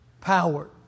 power